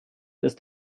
ist